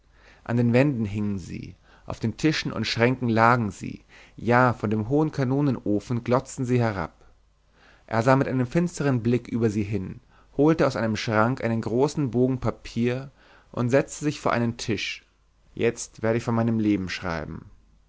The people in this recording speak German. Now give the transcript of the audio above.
an den wänden hingen sie auf den tischen und schränken lagen sie ja von dem hohen kanonenofen glotzten sie herab er sah mit einem finstern blick über sie hin holte aus einem schrank einen großen bogen papier und setzte sich vor einen tisch jetzt werde ich von meinem leben schreiben